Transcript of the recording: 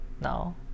now